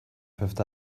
fifth